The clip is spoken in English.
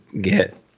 get